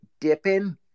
dipping